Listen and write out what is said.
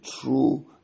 true